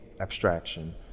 abstraction